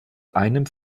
einem